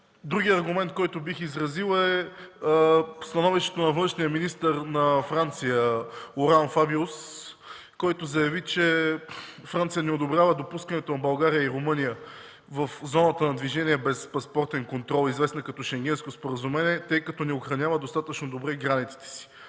Другият аргумент, който бих изразил, е становището на външния министър на Франция Лоран Фабиус, който заяви, че Франция не одобрява допускането на България и Румъния в зоната на движение без паспортен контрол, известна като Шенгенско споразумение, тъй като не охраняват достатъчно добре границите си.